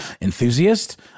enthusiast